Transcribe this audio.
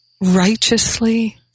righteously